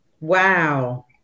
Wow